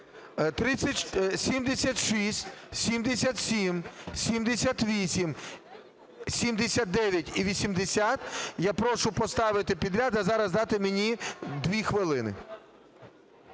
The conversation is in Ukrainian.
76, 77, 78, 79 і 80 я прошу поставити підряд. А зараз дати мені 2 хвилини.